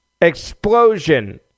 explosion